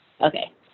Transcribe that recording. okay